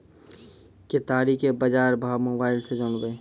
केताड़ी के बाजार भाव मोबाइल से जानवे?